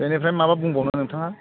बेनिफ्राइ माबा बुंबावनो नोंथाङा